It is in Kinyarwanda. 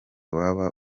waba